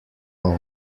all